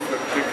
מפלגתי,